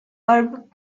arab